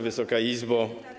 Wysoka Izbo!